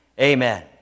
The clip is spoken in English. amen